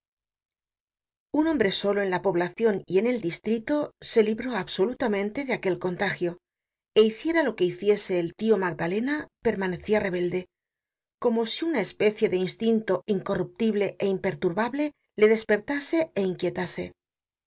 un hombre solo en la poblacion y en el distrito se libró absolutamente de aquel contagio é hiciera lo que quisiese el tio magdalena permanecia rebelde como si una especie de instinto incorruptible é imperturbable le despertase é inquietase